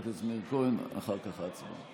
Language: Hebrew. חבר הכנסת מאיר כהן, אחר כך ההצבעה.